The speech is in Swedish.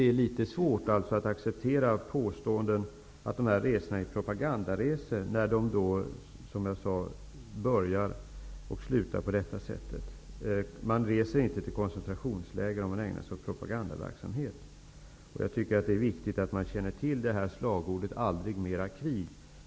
Det är litet svårt att acceptera påståenden om att de här resorna skulle vara propagandaresor med tanke på hur de börjar och slutar, som jag nämnt. Man reser inte till koncentrationsläger om man ägnar sig åt propagandaverksamhet. Jag tycker att det är viktigt att känna till följande slagord: Aldrig mera krig.